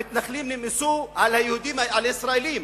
המתנחלים נמאסו על הישראלים,